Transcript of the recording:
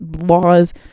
laws